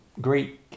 Greek